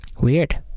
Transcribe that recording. Weird